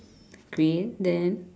green then